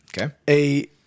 okay